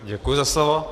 Děkuji za slovo.